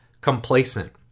complacent